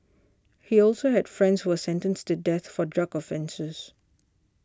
he also had friends who were sentenced to death for drug offences